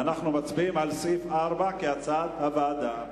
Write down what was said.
אנחנו מצביעים על סעיף 4 כהצעת הוועדה.